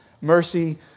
mercy